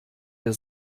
der